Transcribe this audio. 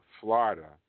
Florida